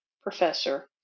professor